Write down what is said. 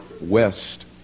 west